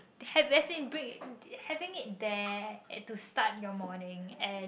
have as in bring it having it there and to start your morning and